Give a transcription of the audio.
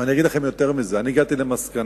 יותר מזה, אני הגעתי למסקנה,